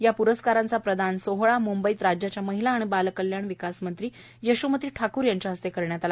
या प्रस्कारांचा प्रदान सोहळा मुंबईत राज्याच्या महिला आणि बालकल्याण विकास मंत्री यशोमती ठाकूर यांच्या हस्ते करण्यात आले